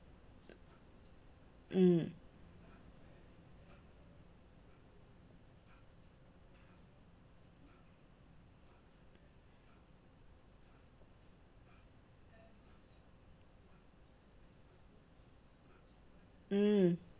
mm mm